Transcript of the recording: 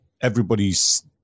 everybody's